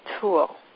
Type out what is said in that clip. tool